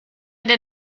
did